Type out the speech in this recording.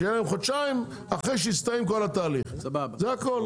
שיהיה להם חודשיים אחרי שהסתיים כל התהליך זה הכל.